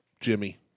Jimmy